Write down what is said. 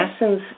essence